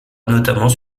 notamment